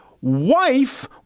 wife